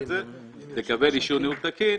לקבל אישור ניהול תקין.